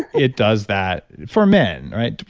it does that for men, right?